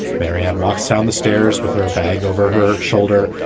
marianne walks down the stairs with her bag over her shoulder,